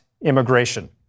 immigration